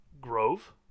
grove